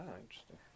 interesting